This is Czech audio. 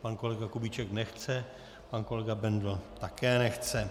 Pan kolega Kubíček nechce, pane kolega Bendl také nechce.